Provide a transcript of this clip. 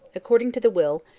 according to the will,